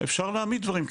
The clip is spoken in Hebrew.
אפשר להעמיד דברים כאלה,